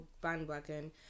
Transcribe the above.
bandwagon